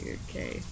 okay